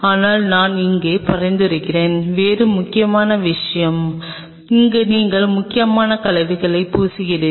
ஆனால் நான் இங்கே பரிந்துரைக்கிறேன் வேறு முக்கியமான விஷயம் அங்கு நீங்கள் முக்கியமான கலங்களை பூசுகிறீர்கள்